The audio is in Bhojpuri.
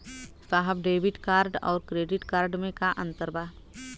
साहब डेबिट कार्ड और क्रेडिट कार्ड में का अंतर बा?